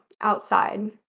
outside